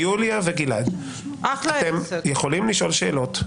יוליה וגלעד, אתם יכולים לשאול שאלות,